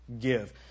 give